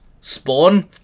Spawn